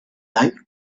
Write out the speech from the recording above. dany